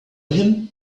him